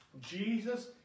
Jesus